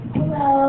Hello